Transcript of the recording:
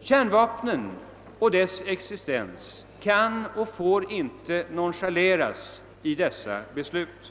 Kärnvapnens existens kan och får inte nonchaleras i dessa beslut.